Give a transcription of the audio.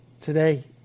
Today